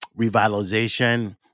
revitalization